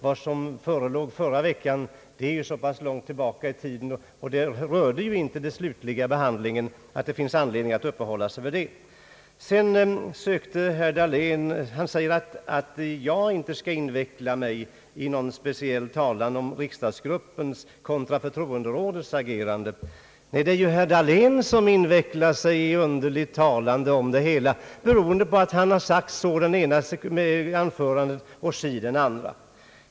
Vad som förelåg i förra veckan är passerat och rörde heller inte den slutliga behandlingen. Det finns därför ingen anledning att uppehålla sig vid det. Sedan säger herr Dahlén att jag inte skall inveckla mig i någon speciell talan om riksdagsgruppens kontra förtroenderådets agerande, men det är ju herr Dahlén som invecklar sig i underligt talande om det hela, beroende på att han sagt si i det ena anförandet och så i det andra.